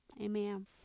Amen